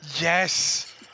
Yes